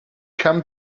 come